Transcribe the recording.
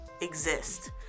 exist